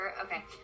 Okay